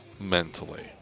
mentally